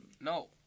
no